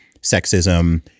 sexism